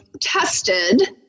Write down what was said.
tested